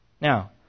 Now